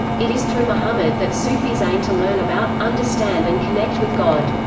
it is through muhammad that sufis aim to learn about, understand and connect with god.